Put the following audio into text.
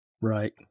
Right